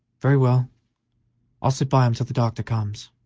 very well i'll sit by him till the doctor comes.